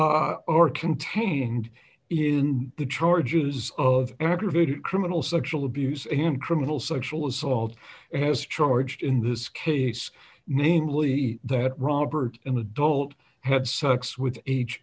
are contained in the charges of aggravated criminal sexual abuse and criminal sexual assault has charged in this case namely that robert an adult had sex with